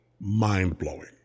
mind-blowing